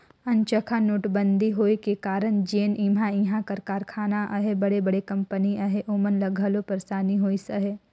अनचकहा नोटबंदी होए का कारन जेन हमा इहां कर कारखाना अहें बड़े बड़े कंपनी अहें ओमन ल घलो पइरसानी होइस अहे